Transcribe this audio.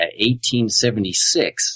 1876